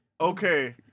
Okay